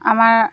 আমাৰ